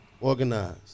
organized